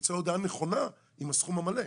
תצא הודעה נכונה עם הסכום המלא.